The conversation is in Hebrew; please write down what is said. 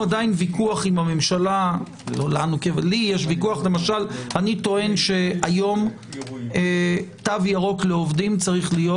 אני טוען שהיום תו ירוק לעובדים צריך להיות